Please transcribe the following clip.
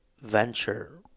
venture